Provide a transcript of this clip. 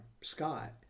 Scott